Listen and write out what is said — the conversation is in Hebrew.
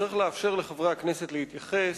צריך לאפשר לחברי הכנסת להתייחס.